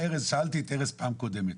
שאלתי את ארז פעם קודמת,